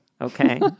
Okay